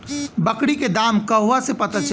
बकरी के दाम कहवा से पता चली?